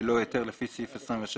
בלא היתר לפי סעיף 26,